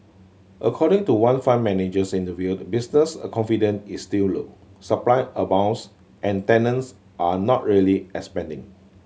according to one fund manager interviewed business confidence is still low supply abounds and tenants are not really expanding